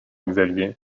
xavier